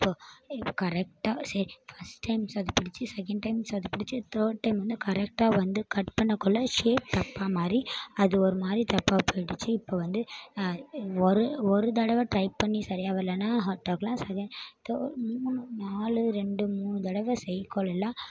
அப்போது கரெக்ட்டாக சே ஃபர்ஸ்ட் டைம் சொதப்பிடித்து செகண்ட் டைம் சொதப்பிடித்து தேர்ட் டைம் வந்து கரெக்ட்டாக வந்து கட் பண்ணக் கொள்ள ஷேப் தப்பாக மாறி அது ஒரு மாதிரி தப்பாக போய்டுச்சி இப்போ வந்து ஒரு ஒரு தடவை ட்ரை பண்ணி சரி வரலனா ஹாட் ஆகலாம் தேர்ட் மூணு நாலு ரெண்டு மூணு தடவை செய்ய கொள்ளலாம்